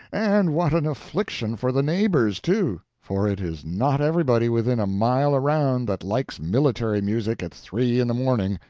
and what an affliction for the neighbors, too for it is not everybody within a mile around that likes military music at three in the morning.